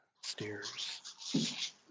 stairs